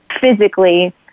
physically